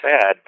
sad